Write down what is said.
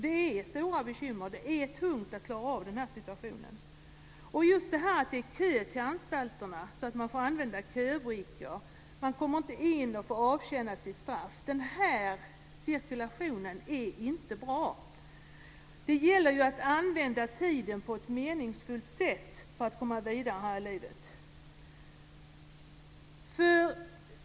Det finns stora bekymmer, och det är tungt att klara av denna situation. Det är inte bra att det är kö till anstalterna så att man får använda köbrickor och inte kommer in och får avtjäna sitt straff. Den cirkulationen är inte alls bra. Det gäller ju att använda tiden på ett meningsfullt sätt för att komma vidare här i livet.